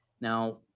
Now